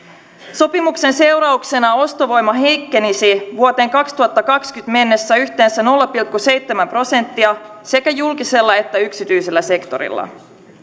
sopimuksen seurauksena ostovoima heikkenisi vuoteen kaksituhattakaksikymmentä mennessä yhteensä nolla pilkku seitsemän prosenttia sekä julkisella että yksityisellä sektorilla